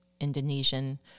Indonesian